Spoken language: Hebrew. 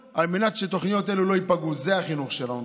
זה הדור הבא, זה החיים של כולנו.